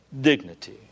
dignity